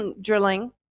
drilling